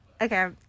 Okay